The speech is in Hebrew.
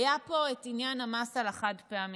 היה פה את עניין המס על החד-פעמי.